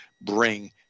bring